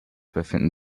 befinden